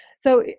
so,